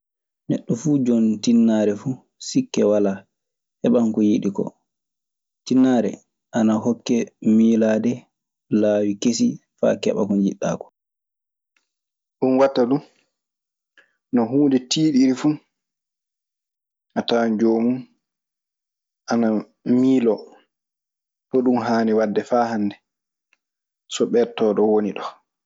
Neɗɗo fuu, jon tinnaare fuu sikke walaa heɓan ko yiɗi koo. Tinnaare ana hokke miilaade laawi kesi faa keɓaa ko njiɗɗaa koo. Ɗun watta du no huunde tiiɗiri fu a tawan joomun ana miiloo hoɗun haani wadde faa hannde so ɓettoo ɗo woni ɗoo.